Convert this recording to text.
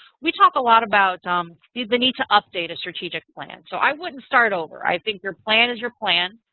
we talk a lot about um the need to update a strategic plan. so i wouldn't start over. i think your plan is your plan.